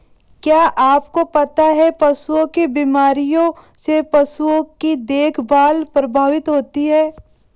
क्या आपको पता है पशुओं की बीमारियों से पशुओं की देखभाल प्रभावित होती है?